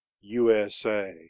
USA